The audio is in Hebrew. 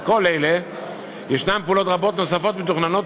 על כל אלה יש פעולות רבות נוספות מתוכננות,